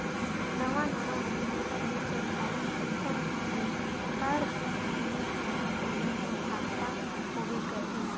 नवा नवा बिजनेस नइ चल पाइस अइसन म जेखर बिजनेस हरय ओला तो घाटा होबे करही